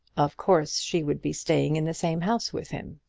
of course she would be staying in the same house with him,